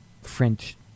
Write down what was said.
French